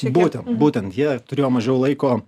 būtent būtent jie turėjo mažiau laiko